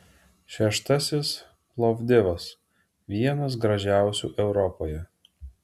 šeštasis plovdivas vienas gražiausių europoje